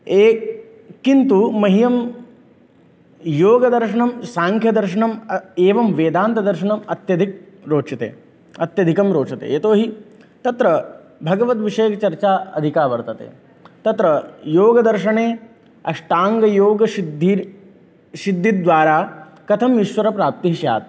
ये किन्तु मह्यं योगदर्शनं साङ्ख्यदर्शनम् एवं वेदान्तदर्शनम् अत्यधिकं रोचते अत्यधिकं रोचते यतोहि तत्र भगवद्विषयकचर्चा अधिका वर्तते तत्र योगदर्शने अष्टाङ्गयोगसिद्धिर् सिद्धिद्वारा कथम् ईश्वरप्राप्तिः स्यात्